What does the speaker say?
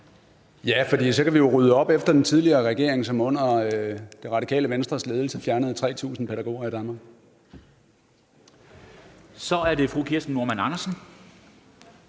Ja, fordi så kan vi jo rydde op efter den tidligere regering, som under Det Radikale Venstres ledelse fjernede 3.000 pædagoger i Danmark. Kl. 13:50 Første næstformand